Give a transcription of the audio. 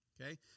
Okay